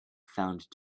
found